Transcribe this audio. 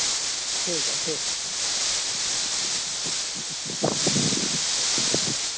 ठीक है ठीक